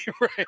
Right